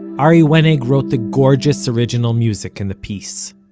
ari wenig wrote the gorgeous original music in the piece.